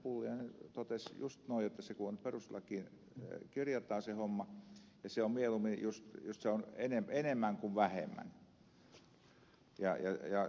pulliainen totesi just noin että kun se homma perustuslakiin kirjataan mieluummin se on enemmän kuin vähemmän